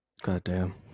Goddamn